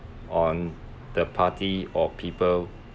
on the party or people